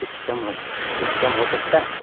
کچھ کم کچھ کم ہوسکتا ہے